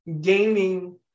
gaming